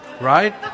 Right